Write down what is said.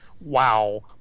Wow